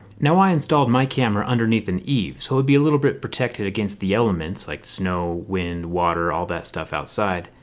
now i installed my camera underneath an eave so it would be a little bit protected against the elements like snow, wind, water, all that stuff outside.